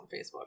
Facebook